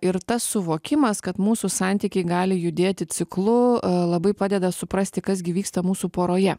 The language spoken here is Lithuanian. ir tas suvokimas kad mūsų santykiai gali judėti ciklu labai padeda suprasti kas gi vyksta mūsų poroje